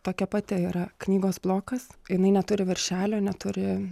tokia pati yra knygos blokas jinai neturi viršelio neturi